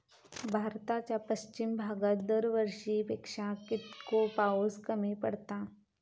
भारताच्या पश्चिम भागात दरवर्षी पेक्षा कीतको पाऊस कमी पडता?